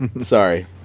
Sorry